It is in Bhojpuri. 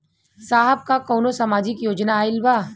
साहब का कौनो सामाजिक योजना आईल बा?